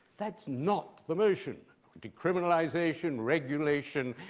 that's not the motion decriminalization, regulation,